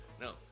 No